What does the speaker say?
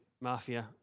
mafia